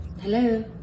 Hello